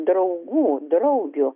draugų draugių